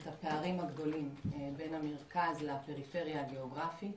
הפערים הגדולים בין המרכז לפריפריה הגיאוגרפית.